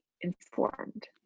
informed